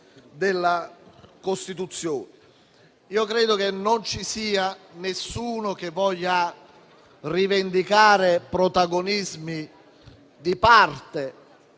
della Costituzione. Credo che non ci sia nessuno che voglia rivendicare protagonismi di parte,